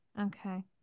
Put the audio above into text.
Okay